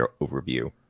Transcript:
overview